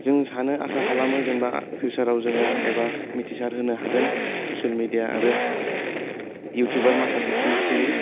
जों सानो आसा खालामो जेनेबा फिउचाराव जोङो एबा मिथिसार होनो हागोन ससियेल मिडिया आरो इउटिउबार माखासेफोरनि थ्रुयै